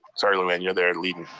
sorry lou anne, you're there leading.